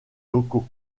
locaux